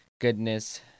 goodness